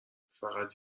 فقط